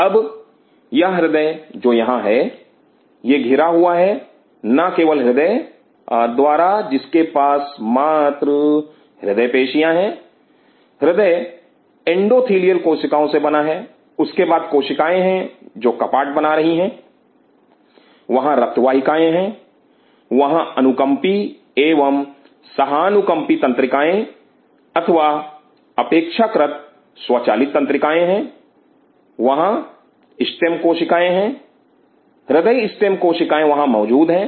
अब यह हृदय जो यहां है यह घिरा हुआ है ना केवल हृदय द्वारा जिसके पास मात्र हृदय पेशियां हैं हृदय इंडोथीलियल कोशिकाओं से बना है उसके बाद कोशिकाएं हैं जो कपाट बना रही हैं वहां रक्त वाहिकाएं हैं वहां अनुकंपी एवं सहानुकंपी तंत्रिकाए अथवा अपेक्षाकृत स्वचालित तंत्रिकाए हैं वहां स्टेम कोशिकाएं हैं हृदई स्टेम कोशिकाएं वहां मौजूद हैं